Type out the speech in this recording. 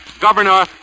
Governor